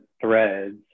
threads